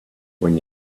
when